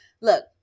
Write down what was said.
Look